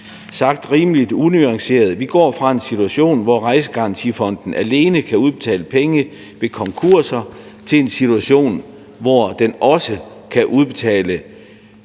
Sagt rimelig unuanceret: Vi går fra en situation, hvor Rejsegarantifonden alene kan udbetale penge ved konkurser, til en situation, hvor den også kan udbetale, før en